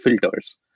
filters